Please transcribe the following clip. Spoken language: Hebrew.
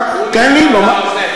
בגלל המעשים.